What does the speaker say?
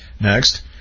Next